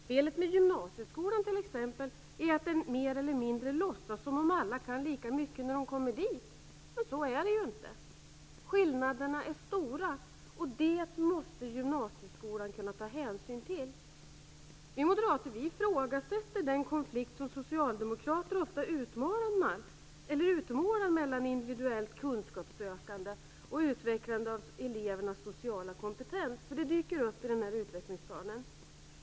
Felet med gymnasieskolan, t.ex., är att den mer eller mindre låtsas som om alla kan lika mycket när de kommer dit. Så är det ju inte. Skillnaderna är stora, och det måste gymnasieskolan kunna ta hänsyn till. Vi moderater ifrågasätter den konflikt som socialdemokrater ofta utmålar mellan individuellt kunskapssökande och utvecklande av elevernas sociala kompetens. Det dyker upp i utvecklingsplanen.